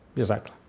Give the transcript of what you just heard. exactly.